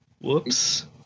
Whoops